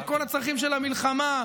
לכל הצרכים של המלחמה,